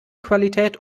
qualität